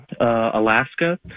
Alaska